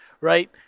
right